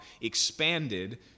expanded